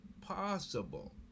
possible